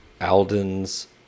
Alden's